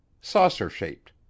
saucer-shaped